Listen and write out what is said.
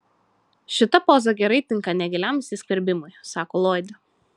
šita poza gerai tinka negiliam įsiskverbimui sako loyd